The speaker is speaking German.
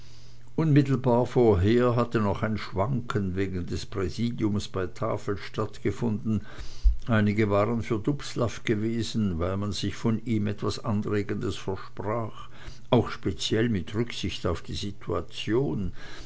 unmittelbar vorher hatte noch ein schwanken wegen des präsidiums bei tafel stattgefunden einige waren für dubslav gewesen weil man sich von ihm etwas anregendes versprach auch speziell mit rücksicht auf die situation